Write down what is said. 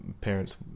parents